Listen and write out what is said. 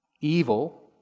evil